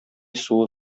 суы